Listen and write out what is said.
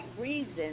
reason